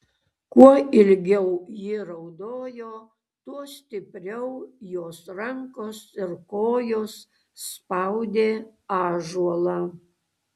kuo ilgiau ji raudojo tuo stipriau jos rankos ir kojos spaudė ąžuolą